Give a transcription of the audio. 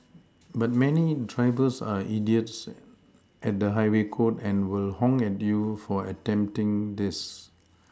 but many drivers are idiots at the highway code and will honk at you for attempting this